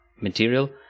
material